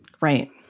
Right